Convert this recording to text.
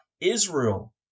Israel